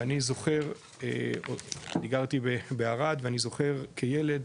ואני זוכר, אני גרתי בערד ואני זוכר כילד,